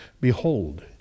Behold